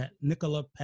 Nicola